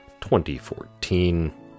2014